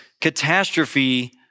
catastrophe